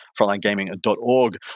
frontlinegaming.org